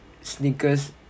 sneakers